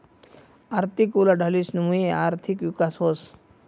आर्थिक उलाढालीस मुये आर्थिक विकास व्हस